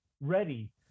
ready